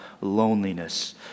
loneliness